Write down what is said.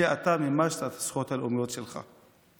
אתה מימשת את הזכויות הלאומיות שלך.